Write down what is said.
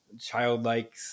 childlike